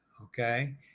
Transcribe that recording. Okay